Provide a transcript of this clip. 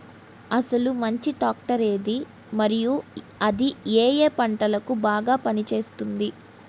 అసలు మంచి ట్రాక్టర్ ఏది మరియు అది ఏ ఏ పంటలకు బాగా పని చేస్తుంది?